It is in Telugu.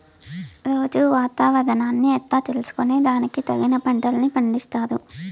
రోజూ వాతావరణాన్ని ఎట్లా తెలుసుకొని దానికి తగిన పంటలని పండిస్తారు?